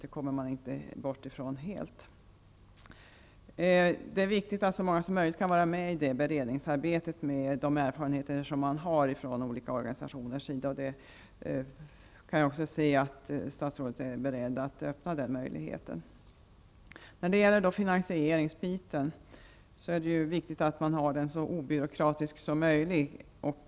Det är viktigt att så många som möjligt från organisationernas sida kan vara med i beredningsarbetet, med de erfarenheter som man där har. Jag uppfattar också att statsrådet är beredd att öppna den möjligheten. Det är viktigt att finansieringen sker så obyråkratiskt som möjligt.